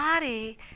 body